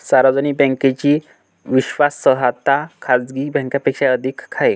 सार्वजनिक बँकेची विश्वासार्हता खाजगी बँकांपेक्षा अधिक आहे